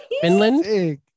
Finland